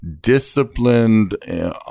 disciplined